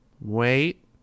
Wait